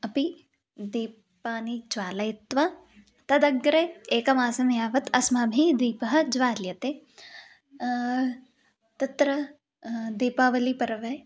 अपि दीपाःज्वालयित्वा तदग्रे एकमासं यावत् अस्माभिः दीपः ज्वाल्यते तत्र दीपावलीपर्वे